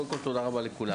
קודם כל תודה רבה לכולם.